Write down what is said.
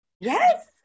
yes